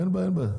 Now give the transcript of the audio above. אין בעיה,